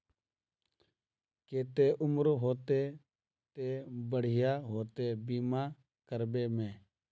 केते उम्र होते ते बढ़िया होते बीमा करबे में?